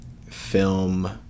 film